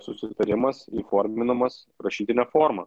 susitarimas įforminamas rašytine forma